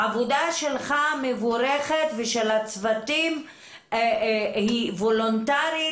העבודה המבורכת שלך ושל הצוותים היא וולונטרית,